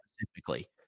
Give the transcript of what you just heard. specifically